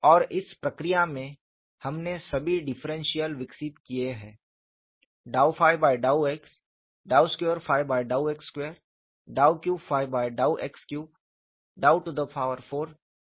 और इस प्रक्रिया में हमने सभी डिफरेंशियल विकसित किए हैं ∂∂ x ∂ 2∂ x2 ∂ 3∂ x3 ∂ 4∂ x4